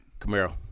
Camaro